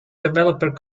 developer